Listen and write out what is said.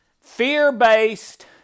fear-based